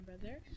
brother